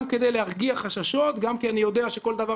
גם כדי להרגיע חששות וגם כי אני יודע שכל דבר